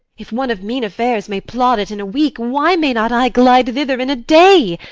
if one of mean affairs may plod it in a week, why may not i glide thither in a day?